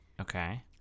okay